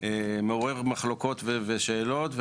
מעורר מחלוקות ושאלות.